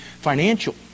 financial